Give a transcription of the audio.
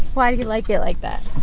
why do you like it like that?